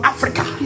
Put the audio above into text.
Africa